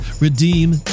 redeem